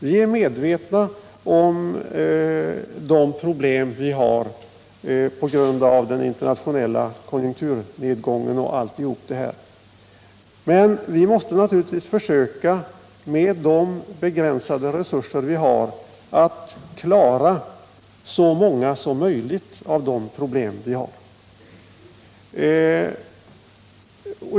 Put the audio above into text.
Vi är medvetna om de problem vi har på grund av den internationella konjunkturnedgången och allt sådant. Men vi måste naturligtvis försöka att, med de begränsade resurser vi har, klara så många som möjligt av problemen.